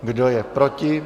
Kdo je proti?